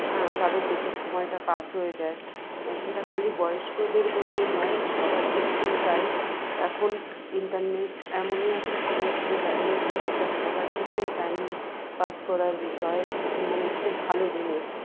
তাদের দেখে সময়টা পাস হয়ে যায় সেটা খালি বয়স্কদের বলেই নয় সবার ক্ষেত্রেই তাই এখন ইন্টারনেট এমনই একটা জিনিস হয়ে দাঁড়িয়েছে যেটা সবার ক্ষেত্রেই টাইম পাস করার বিষয় মানে খুব ভালো জিনিস